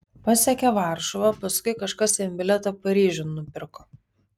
pasiekė varšuvą paskui kažkas jam bilietą paryžiun nupirko